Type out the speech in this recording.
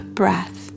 breath